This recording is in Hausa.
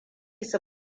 su